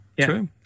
true